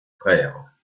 frères